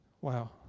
Wow